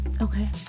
okay